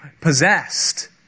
possessed